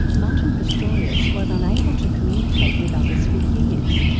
martin pistorius was unable to communicate with others for years,